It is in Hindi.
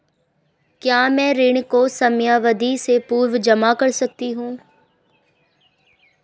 क्या मैं ऋण को समयावधि से पूर्व जमा कर सकती हूँ?